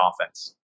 offense